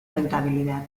rentabilidad